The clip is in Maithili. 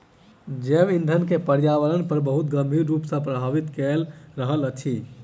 जैव ईंधन के पर्यावरण पर बहुत गंभीर रूप सॅ प्रभावित कय रहल अछि